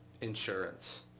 insurance